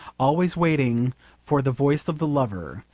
always waiting for the voice of the lover,